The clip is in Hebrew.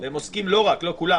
לא כולם,